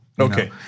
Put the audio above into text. Okay